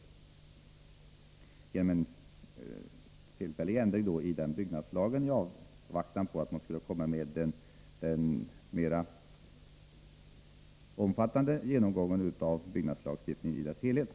Det möjliggjordes genom en tillfällig ändring i byggnadslagen i avvaktan på en mer omfattande genomgång av byggnadslagstiftningen i dess helhet.